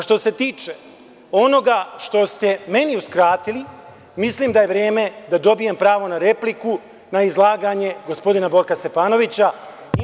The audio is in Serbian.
Što se tiče onoga što ste meni uskratili, mislim da je vreme da dobijem pravo na repliku, na izlaganje gospodina Borka Stefanovića imajući u vidu…